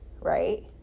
right